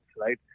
right